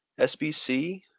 SBC